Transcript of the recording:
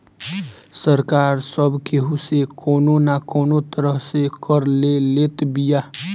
सरकार सब केहू के कवनो ना कवनो तरह से कर ले लेत बिया